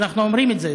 ואנחנו אומרים את זה.